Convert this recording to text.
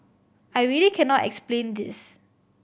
I really cannot explain this